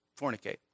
fornicate